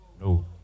No